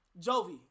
Jovi